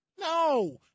No